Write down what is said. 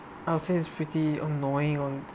I would say is pretty annoying on